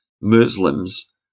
Muslims